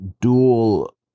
dual